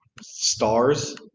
stars